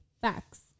Facts